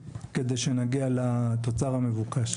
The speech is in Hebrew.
כדי שנגיע לתוצר המבוקש.